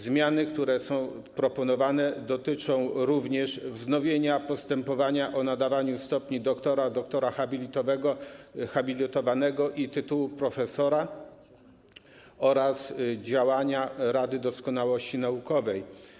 Zmiany, które są proponowane, dotyczą także wznowienia postępowania o nadanie stopni doktora, doktora habilitowanego i tytułu profesora oraz działania Rady Doskonałości Naukowej.